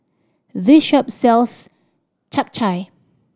this shop sells Japchae